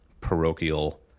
parochial